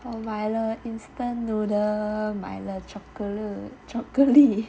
我买了 instant noodle 买了 chocolate chocolate